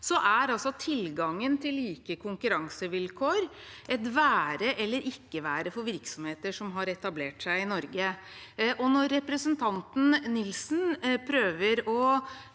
– er tilgangen til like konkurransevilkår et være eller ikke være for virksomheter som har etablert seg i Norge. Når representanten Nilsen prøver å